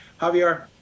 Javier